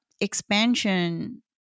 expansion